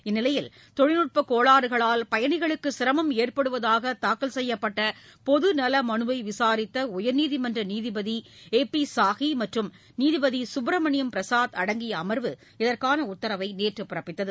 இந்நிலையில் தொழில்நுட்பக் கோளாறுகளால் பயணிகளுக்கு சிரமம் ஏற்படுவதாக தாக்கல் செய்யப்பட்ட பொது நல மலுவை விசாரித்த உயர்நீதிமன்ற நீதிபதி ஏ பி சாஹி மற்றும் நீதிபதி சுப்பிரமணியம் பிரசாத் அடங்கிய அமர்வு இதற்கான உத்தரவை நேற்று பிறப்பித்தது